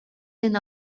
den